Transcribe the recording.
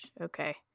Okay